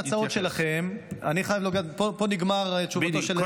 פה נגמרת תשובתו של שר האוצר.